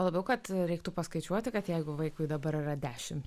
juo labiau kad reiktų paskaičiuoti kad jeigu vaikui dabar yra dešimt